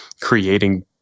creating